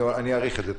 אני אעריך את זה.